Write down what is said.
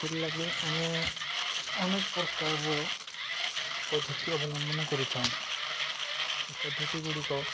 ସେଥିର୍ଲାଗି ଆମେ ଅନେକ ପ୍ରକାରର ପଦ୍ଧତି ଅବଲମ୍ବନ କରିଥାଉ ଏ ପଦ୍ଧତି ଗୁଡ଼ିକ